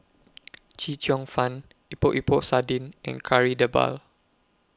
Chee Cheong Fun Epok Epok Sardin and Kari Debal